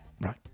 Right